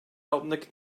altındaki